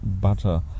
butter